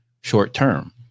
short-term